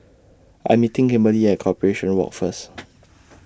I'm meeting Kimberli At Corporation Walk First